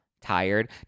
Tired